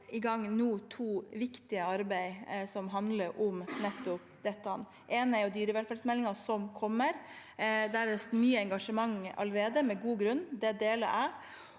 Vi har i gang to viktige arbeid nå som handler om nettopp dette. Det ene er dyrevelferdsmeldingen, som kommer. Der er det mye engasjement allerede – med god grunn – og det deler jeg.